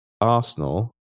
Arsenal